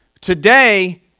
Today